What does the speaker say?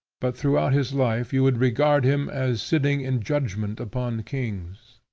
but throughout his life, you would regard him as sitting in judgment upon kings.